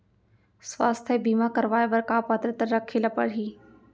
स्वास्थ्य बीमा करवाय बर का पात्रता रखे ल परही?